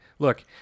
Look